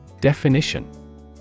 Definition